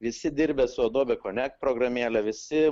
visi dirbę su adobe connect programėle visi